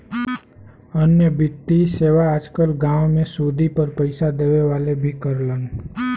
अन्य वित्तीय सेवा आज कल गांव में सुदी पर पैसे देवे वाले भी करलन